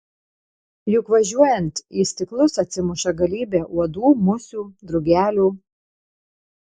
juk važiuojant į stiklus atsimuša galybė uodų musių drugelių